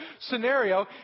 scenario